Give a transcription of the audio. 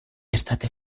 estate